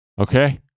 Okay